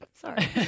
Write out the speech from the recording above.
Sorry